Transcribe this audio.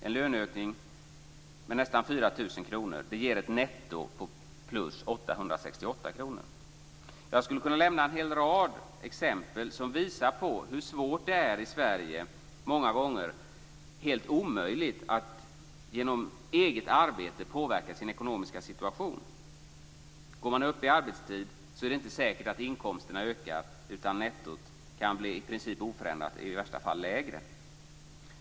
En löneökning med nästan 4 000 kr ger ett netto på plus 868 kr. Jag skulle kunna lämna en hel rad exempel som visar på hur svårt det är i Sverige, många gånger helt omöjligt, att genom eget arbete påverka sin ekonomiska situation. Går man upp i arbetstid är det inte säkert att inkomsterna ökar. Nettot kan bli i princip oförändrat eller i värsta fall lägre.